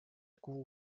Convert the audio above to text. kuu